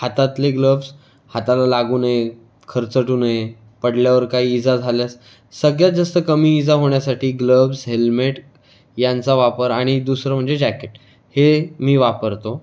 हातातले ग्लव्स हाताला लागू नये खरचटू नये पडल्यावर काही इजा झाल्यास सगळ्यात जास्त कमी इजा होण्यासाठी ग्लव्स हेल्मेट यांचा वापर आणि दुसरं म्हणजे जॅकेट हे मी वापरतो